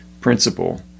principle